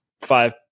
five